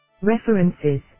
References